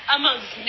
amongst